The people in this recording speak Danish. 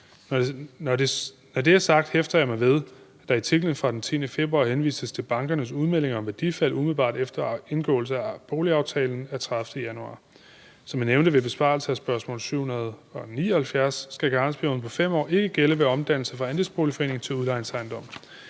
Når det er sagt, hæfter jeg mig ved, at der i artiklen fra den 10. februar henvises til bankernes udmeldinger om værdifald umiddelbart efter indgåelsen af boligaftalen af 30. januar. Som jeg nævnte ved besvarelse af spørgsmål 779, skal karensperioden på 5 år ikke gælde ved omdannelse af andelsboligforening til udlejningsejendom.